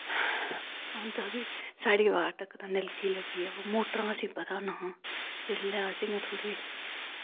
होंदा हा कि साढ़ी बार तक ते नलके लग्गिये वा मोटरां असें पता नेहां जिसलै अस इ'यां थोह्ड़े